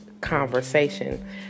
conversation